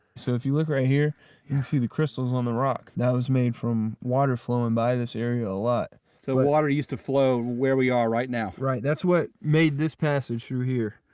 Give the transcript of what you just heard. so if you look right here you can see the crystals on the rock that was made from water flowing by this area a lot so water used to flow where we are right now right? that's what made this passage through here.